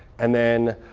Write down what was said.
and then,